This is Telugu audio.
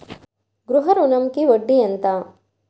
గృహ ఋణంకి వడ్డీ ఎంత?